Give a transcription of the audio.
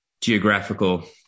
geographical